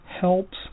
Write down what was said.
helps